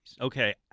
Okay